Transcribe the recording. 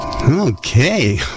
Okay